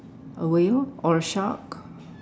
a whale or a shark